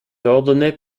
ordonné